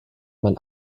man